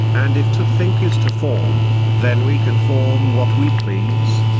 and if to think is to form, then we can form what we please.